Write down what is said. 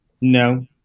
No